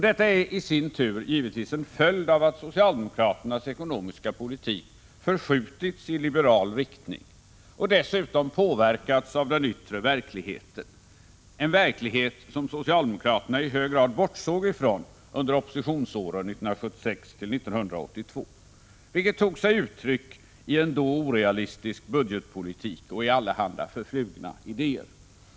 Detta är i sin tur givetvis en följd av att socialdemokraternas ekonomiska politik förskjutits i liberal riktning och dessutom påverkats av den yttre verkligheten, en verklighet som socialdemokraterna i hög grad bortsåg ifrån under oppositionsåren 1976 1982, vilket tog sig uttryck i en då orealistisk budgetpolitik och i allehanda förflugna idéer.